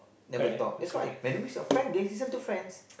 never talk that's why when mixed with friend they listen to friends